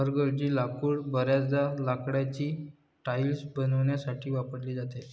हलगर्जी लाकूड बर्याचदा लाकडाची टाइल्स बनवण्यासाठी वापरली जाते